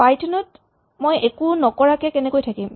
Python ত মই একো নকৰাকে কেনেকৈ থাকিম